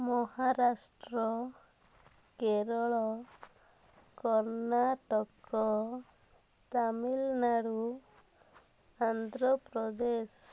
Maharashtra Kerala Karnataka Tamil Nadu Andhra Pradesh